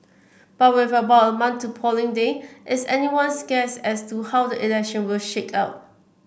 but with about a to polling day it's anyone's guess as to how the election will shake out